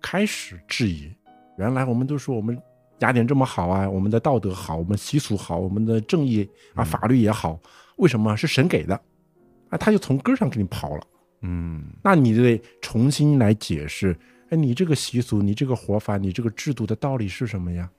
开始质疑。原来我们都说我们雅典这么好啊，我们的道德好，我们习俗好，我们的正义啊，嗯。法律也好，为什么是神给的？啊，他就从根儿上给你刨了。嗯。那你得重新来解释，哎，你这个习俗，你这个活法，你这个制度的道理是什么呀？